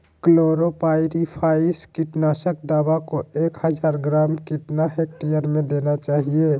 Chlorpyrifos कीटनाशक दवा को एक हज़ार ग्राम कितना हेक्टेयर में देना चाहिए?